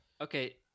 okay